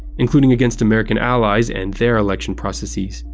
including against american allies and their election processes.